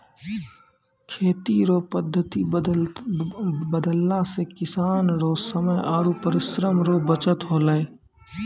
खेती रो पद्धति बदलला से किसान रो समय आरु परिश्रम रो बचत होलै